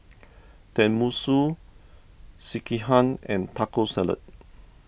Tenmusu Sekihan and Taco Salad